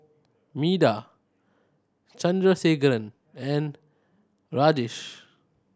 Medha Chandrasekaran and Rajesh